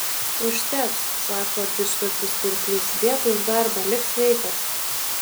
užteks sako didžturtis pirklys dėkui už darbą lik sveikas